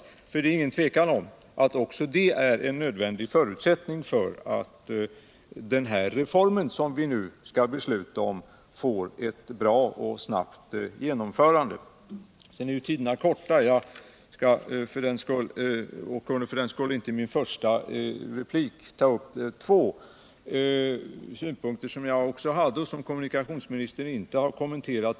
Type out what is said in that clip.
Det är nämligen inget tvivel om att också detta är en nödvändig förutsättning för att den reform som vi nu skall besluta om får ett bra och snabbt genomförande. Repliktiderna är korta, och jag kunde för den skull inte i min första replik ta upp två synpunkter som jag också framförde tidigare, men som kommunikationsministern inte har kommenterat.